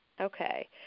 Okay